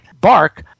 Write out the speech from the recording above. bark